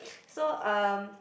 so um